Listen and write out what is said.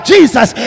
Jesus